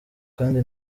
kandi